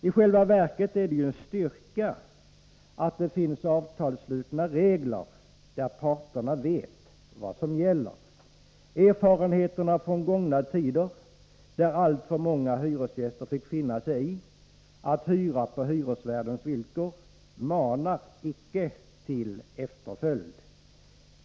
I själva verket är det en styrka att det finns avtalsslutna regler, där parterna vet vad som gäller. Erfarenheterna från gångna tider, då alltför många hyresgäster fick finna sig i att hyra på hyresvärdens villkor, manar icke till efterföljd.